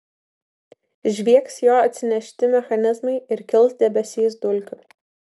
žviegs jo atsinešti mechanizmai ir kils debesys dulkių